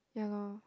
yeah loh